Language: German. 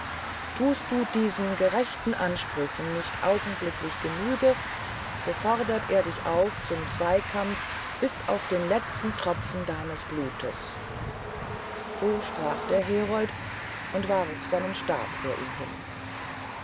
thust du diesen gerechten ansprüchen nicht augenblicklich genüge so fordert er dich auf zum zweykampf bis auf den letzten tropfen deines bluts so sprach der herold und warf seinen stab vor ihm hin